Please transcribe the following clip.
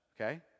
okay